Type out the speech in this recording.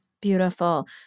Beautiful